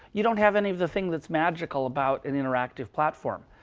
you don't have any of the things that's magical about an interactive platform.